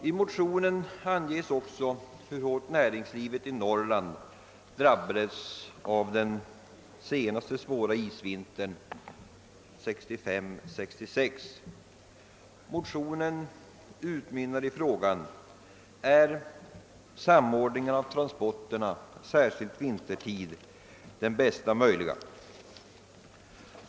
I motionen anges också hur hårt näringslivet i Norrland drabbades av den senaste svåra isvintern 1965—1966. Motionen utmynnar i frågan: Är samordningen av transporterna, särskilt vintertid, den bästa möjliga?